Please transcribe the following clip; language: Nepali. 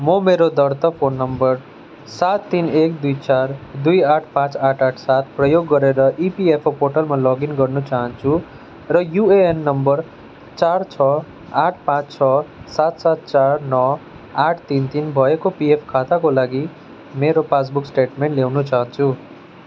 म मेरो दर्ता फोन नम्बर सात तिन एक दुई चार दुई आठ पाँच आठ आठ सात प्रयोग गरेर इपिएफओ पोर्टलमा लगइन गर्न चहान्छु र युएएन नम्बर चार छ आठ पाँच छ सात सात चार नौ आठ तिन तिन भएको पिएफ खाताको लागि मेरो पासबुक स्टेटमेन्ट ल्याउनु चहान्छु